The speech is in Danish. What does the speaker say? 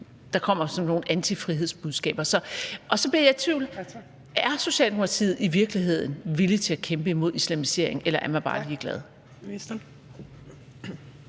der kommer med sådan nogle antifrihedsbudskaber. Og så bliver jeg i tvivl: Er Socialdemokratiet i virkeligheden villige til at kæmpe imod islamiseringen, eller er man bare ligeglade?